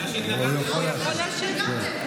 הוא יכול להשיב, כן.